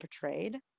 portrayed